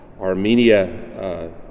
Armenia